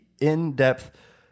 in-depth